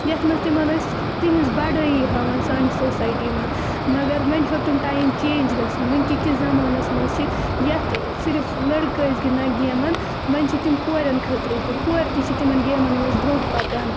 یَتھ منٛز تِمَن ٲسۍ تِہٕنٛز بَڑٲیی ہاوان سانہِ سوسایٹی منٛز مگر وۄنۍ ہیوٚتُن ٹایم چینٛج گَژھُن وٕنۍ کہِ کِس زَمانَس منٛز چھِ یَتھ صِرف لٔڑکہٕ ٲسۍ گِنٛدان گیمَن وۄنۍ چھِ تِم کورٮ۪ن خٲطرٕ تہِ کورِ تہِ چھِ تِمَن گیمَن مَنٛز برٛونٛہہ پَکان